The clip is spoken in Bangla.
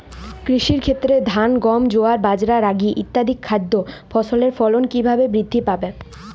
কৃষির ক্ষেত্রে ধান গম জোয়ার বাজরা রাগি ইত্যাদি খাদ্য ফসলের ফলন কীভাবে বৃদ্ধি পাবে?